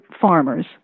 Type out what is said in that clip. farmers